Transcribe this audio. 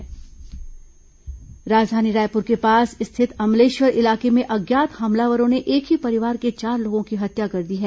हत्या आत्महत्या राजधानी रायपुर के पास स्थित अमलेश्वर इलाके में अज्ञात हमलावरों ने एक ही परिवार के चार लोगों की हत्या कर दी है